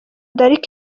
d’arc